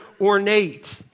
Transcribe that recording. ornate